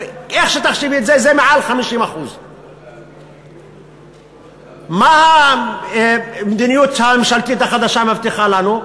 איך שתחשב את זה זה מעל 50%. מה המדיניות הממשלתית החדשה מבטיחה לנו?